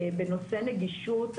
בנושא נגישות,